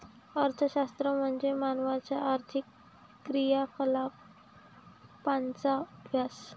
अर्थशास्त्र म्हणजे मानवाच्या आर्थिक क्रियाकलापांचा अभ्यास